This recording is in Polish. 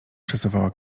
przesuwała